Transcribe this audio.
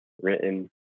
written